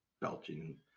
belching